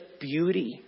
beauty